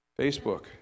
Facebook